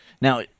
Now